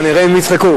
נראה אם יצחקו.